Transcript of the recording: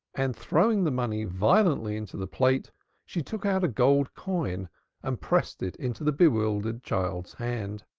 and throwing the money violently into the plate she took out a gold coin and pressed it into the bewildered child's hand.